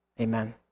Amen